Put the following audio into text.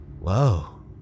Whoa